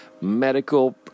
medical